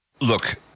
look